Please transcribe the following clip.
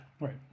Right